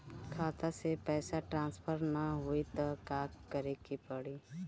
खाता से पैसा ट्रासर्फर न होई त का करे के पड़ी?